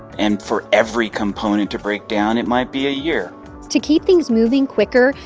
and for every component to break down, it might be a year to keep things moving quicker,